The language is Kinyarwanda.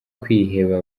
kwiheba